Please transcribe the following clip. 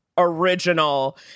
original